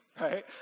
right